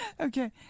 okay